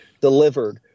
delivered